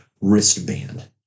wristband